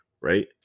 right